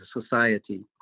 society